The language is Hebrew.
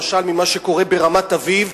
למשל מה שקורה ברמת-אביב,